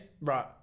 Right